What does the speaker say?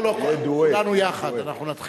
מנגן או גם מנגנת?